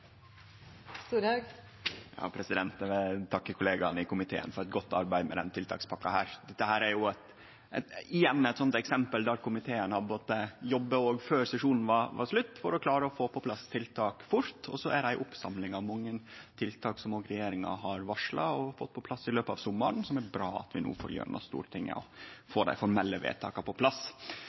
vil takke kollegaene i komiteen for eit godt arbeid med denne tiltakspakka. Dette er – igjen – eit eksempel på at komiteen har måtta jobbe òg før sesjonen var slutt, for å klare å få på plass tiltak fort. Og så er det ei oppsamling av mange tiltak som òg regjeringa har varsla og fått på plass i løpet av sommaren, som er bra at vi nå får gjennom Stortinget, og at vi får dei formelle vedtaka på plass.